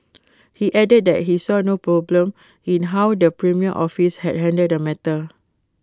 he added that he saw no problem in how the premier office had handled the matter